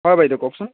হয় বাইদেউ কওকচোন